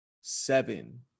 seven